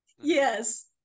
Yes